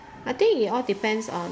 I think it all depends on